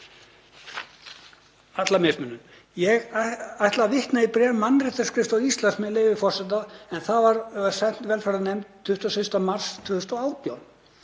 alla mismunun. Ég ætla að vitna í bréf Mannréttindaskrifstofu Íslands, með leyfi forseta, en það var sent velferðarnefnd 25. mars 2018.